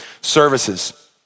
services